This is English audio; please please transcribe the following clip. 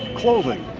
clothing,